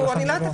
נכון.